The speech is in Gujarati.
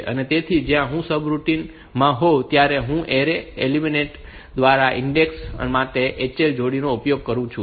તેથી જ્યારે હું સબરૂટીન માં હોઉં ત્યારે હું એરે એલીમેન્ટ્સ દ્વારા ઇન્ડેક્સ માટે HL જોડીનો ઉપયોગ કરું છું